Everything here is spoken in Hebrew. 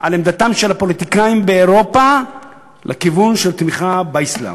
על עמדתם של הפוליטיקאים באירופה לכיוון של תמיכה באסלאם.